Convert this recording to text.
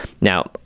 Now